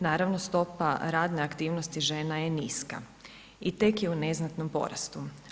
Naravno, stopa radne aktivnosti žena je niska i tek je u neznatnom porastu.